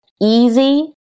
easy